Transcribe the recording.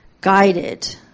guided